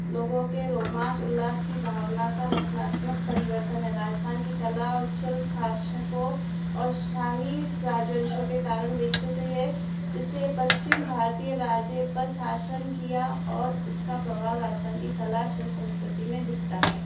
लोगों के रोमांस उल्लास की भावना का रचनात्मक परिवर्तन है राजस्थान की कला और शिल्प शासकों और शाही राजवंशों के कारण विकसित हुई है जिससे यह पश्चिम भारतीय राज्य पर शासन किया और इसका प्रभाव राजस्थान की कला शिल्प संस्कृति में दिखता है